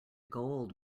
gold